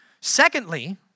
Secondly